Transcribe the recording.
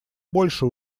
больше